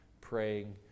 praying